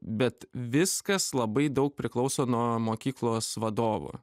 bet viskas labai daug priklauso nuo mokyklos vadovo